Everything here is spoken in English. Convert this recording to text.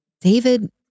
David